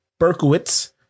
Berkowitz